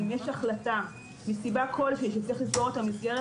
אם יש החלטה מסיבה כלשהי שצריך לסגור את המסגרת,